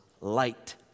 light